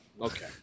okay